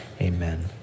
Amen